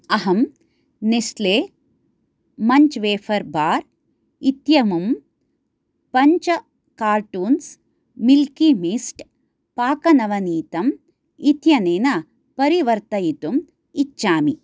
अहं Nestle Munch wafer bar इत्यमुं पञ्च कार्टून्स् मिल्कीमिस्ट् पाकनवनीतम् इत्यनेन परिवर्तयितुम् इच्छामि